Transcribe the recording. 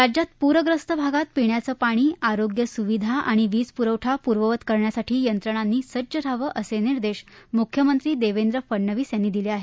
राज्यात पूरग्रस्त भागात पिण्याचं पाणी आरोग्यसुविधा आणि वीजपुरवठा पूर्ववत करण्यासाठी यंत्रणांनी सज्ज रहावं असे निर्देश मुख्यमंत्री देवेंद्र फडनवीस यांनी दिले आहेत